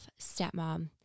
Stepmom